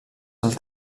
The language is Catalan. del